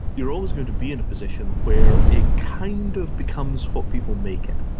you're always going to be in a position where it kind of becomes what people make it.